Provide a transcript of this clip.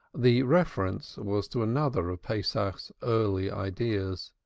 the reference was to another of pesach's early ideas.